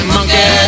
Monkey